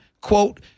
quote